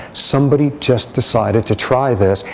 somebody just decided to try this.